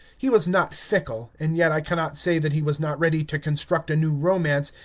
he was not fickle, and yet i cannot say that he was not ready to construct a new romance,